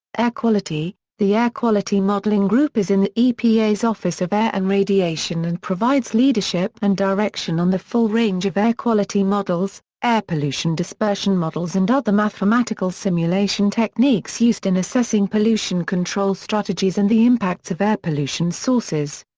air quality the air quality modeling group is in the epa's office of air and radiation and provides leadership and direction on the full range of air quality models, air pollution dispersion models and other mathematical simulation techniques used in assessing pollution control strategies and the impacts of air pollution sources.